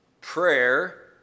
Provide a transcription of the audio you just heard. prayer